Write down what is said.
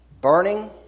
Burning